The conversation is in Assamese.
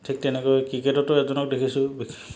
ঠিক তেনেকৈ ক্ৰিকেটতো এজনক দেখিছোঁ